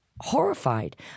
horrified